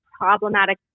problematic